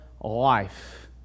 life